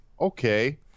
okay